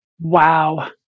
Wow